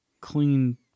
clean